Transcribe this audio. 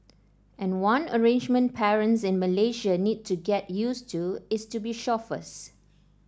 and one arrangement parents in Malaysia need to get used to is to be chauffeurs